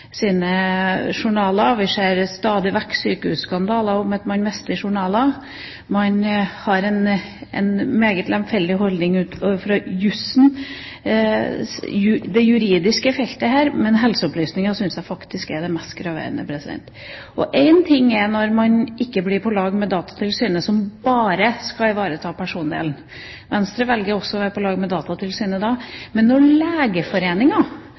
journaler, vi ser stadig vekk sykehusskandaler der man mister journaler. Man har en meget lemfeldig holdning til det juridiske feltet her, men det som går på helseopplysninger, synes jeg faktisk er det mest graverende. Én ting er at man ikke er på lag med Datatilsynet, som bare skal ivareta persondelen – Venstre velger også å være på lag med Datatilsynet – men når